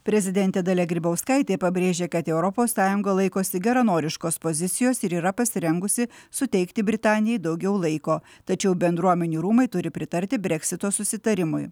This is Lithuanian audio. prezidentė dalia grybauskaitė pabrėžė kad europos sąjunga laikosi geranoriškos pozicijos ir yra pasirengusi suteikti britanijai daugiau laiko tačiau bendruomenių rūmai turi pritarti breksito susitarimui